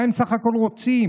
מה הם סך הכול רוצים?